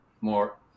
more